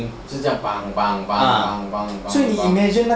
是这样 bang bang bang bang bang